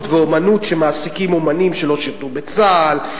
ואמנות שמעסיקים אמנים שלא שירתו בצה"ל,